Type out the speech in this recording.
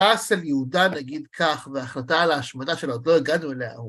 פאסל יהודה נגיד כך, בהחלטה על ההשמדה שלו, עוד לא הגענו אליה.